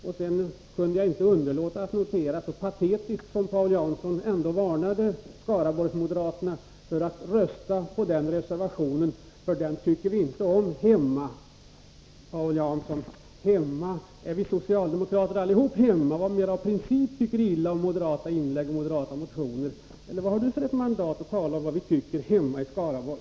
Jag kunde inte underlåta att notera Paul Janssons patetiska varning till Skaraborgsmoderaterna att inte rösta på reservationen, ”för den tycker vi inte om hemma”. Paul Jansson, ”hemma”, är vi socialdemokrater allihopa ”hemma”? Tycker Paul Jansson i princip illa om moderata inlägg och moderata motioner, eller vad har Paul Jansson för mandat att tala om vad vi tycker hemma i Skaraborg?